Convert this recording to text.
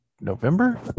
November